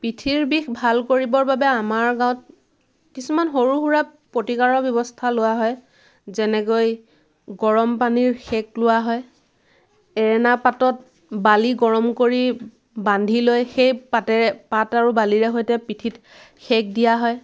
পিঠিৰ বিষ ভাল কৰিবৰ বাবে আমাৰ গাঁৱত কিছুমান সৰু সুৰা প্ৰতিকাৰৰ ব্যৱস্থা লোৱা হয় যেনেকৈ গৰম পানীৰ সেক লোৱা হয় এৰেনা পাতত বালি গৰম কৰি বান্ধি লৈ সেই পাতেৰে পাত আৰু বালিৰে সৈতে পিঠিত সেক দিয়া হয়